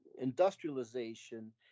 industrialization